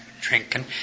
drinking